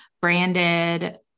branded